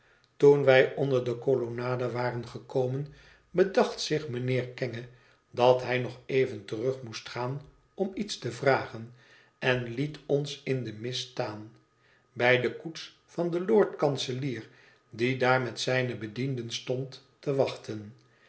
toen wij onder de kolonnade waren gekomen bedacht zich mijnheer kenge dat hij nog even terug moest gaan om iets te vragen en liet ons in den mist staan bij de koets van den lord-kanselier die daar met zijne bedienden stond te wachten